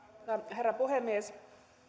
herra puhemies